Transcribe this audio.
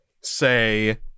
say